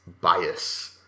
bias